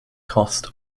cost